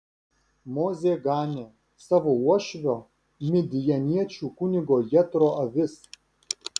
mozė ganė savo uošvio midjaniečių kunigo jetro avis